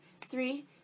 three